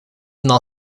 non